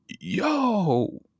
Yo